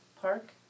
park